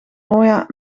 noah